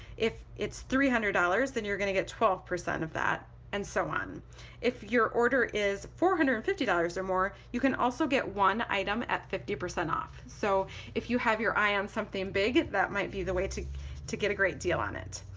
if it's three hundred dollars then you're gonna get twelve percent of that and so on if your order is four hundred and fifty dollars or more you can also get one item at fifty percent off so if you have your eye on something big that might be the way to to get a great deal on it.